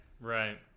Right